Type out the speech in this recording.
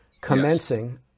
commencing